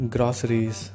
Groceries